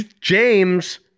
James